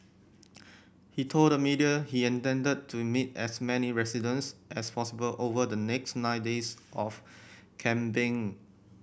he told the media he intended to meet as many residents as possible over the next nine days of campaigning